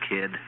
kid